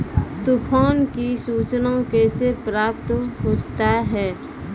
तुफान की सुचना कैसे प्राप्त होता हैं?